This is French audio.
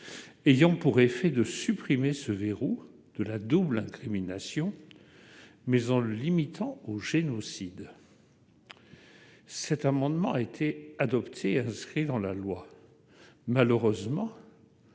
ayant pour effet de supprimer ce verrou de la double incrimination mais en le limitant au génocide, cet amendement a été adopté, inscrit dans la loi, malheureusement.